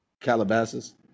Calabasas